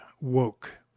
woke